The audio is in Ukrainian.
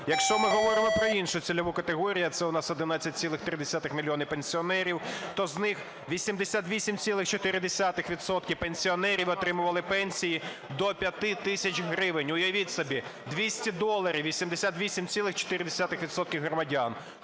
Якщо ми говоримо про іншу цільову категорію, а це у нас 11, 3 мільйона пенсіонерів, то з них 88,4 відсотка пенсіонерів отримували пенсії до 5 тисяч гривень. Уявіть собі, 200 доларів – 88,4 відсотка громадян.